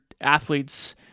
athletes